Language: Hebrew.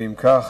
ואם כך,